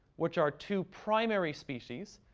which are two primary species.